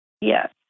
Yes